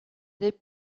des